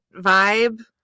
vibe